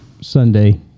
sunday